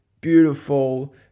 beautiful